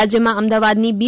રાજ્યમાં અમદાવાદની બી